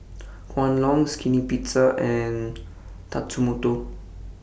Kwan Loong Skinny Pizza and Tatsumoto